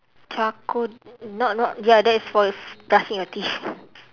charcoal not not ya that is for brushing your teeth